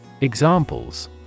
Examples